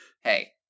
hey